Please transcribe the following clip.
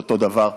זה אותו דבר,